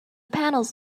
panels